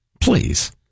please